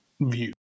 view